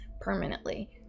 permanently